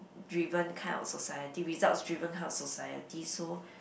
driven kind of society results driven kind of society so